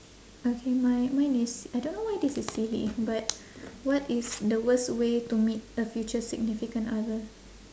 okay my mine is I don't know why this is silly but what is the worst way to meet a future significant other